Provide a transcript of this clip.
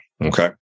Okay